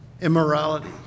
immorality